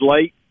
late